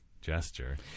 gesture